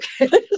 Okay